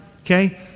okay